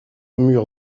mur